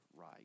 right